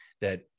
that-